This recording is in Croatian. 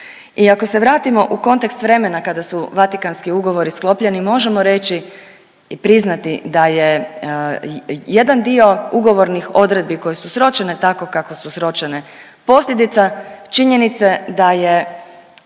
I ako se vratimo u kontekst vremena kada su Vatikanski ugovori sklopljeni možemo reći i priznati da je jedan dio ugovornih odredbi koje su sročene tako kako su sručene posljedica činjenice da je